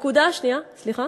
הנקודה השנייה, סליחה?